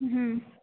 ಹ್ಞೂ